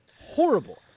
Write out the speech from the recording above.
Horrible